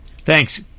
Thanks